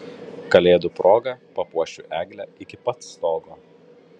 kalėdų proga papuošiu eglę iki pat stogo